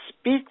speak